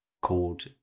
called